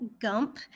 Gump